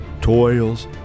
toils